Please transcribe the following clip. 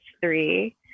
three